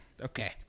Okay